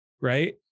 Right